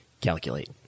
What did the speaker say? Calculate